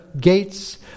Gates